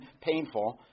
painful